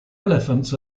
elephants